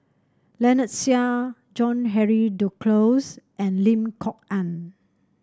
Lynnette Seah John Henry Duclos and Lim Kok Ann